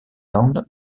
land